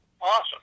awesome